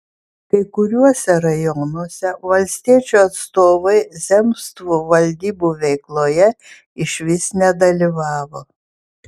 kai kuriuose rajonuose valstiečių atstovai zemstvų valdybų veikloje išvis nedalyvavo